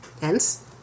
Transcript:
Hence